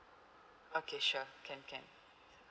okay sure can can